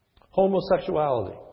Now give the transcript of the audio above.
Homosexuality